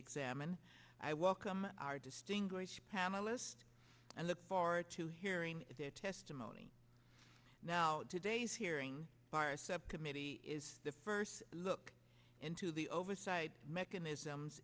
examined i welcome our distinguished panelists and look forward to hearing their testimony now today's hearing for a subcommittee is the first look into the oversight mechanisms